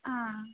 ಆ